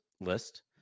list